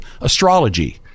astrology